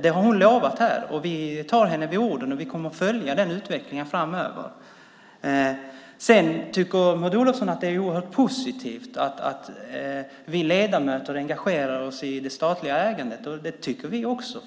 Det har hon lovat här, och vi tar henne på orden. Vi kommer att följa utvecklingen framöver. Maud Olofsson tycker att det är oerhört positivt att vi ledamöter engagerar oss i det statliga ägandet. Det tycker vi också.